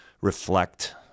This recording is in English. reflect